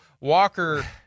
Walker